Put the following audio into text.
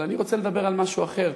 אבל אני רוצה לדבר על משהו אחר.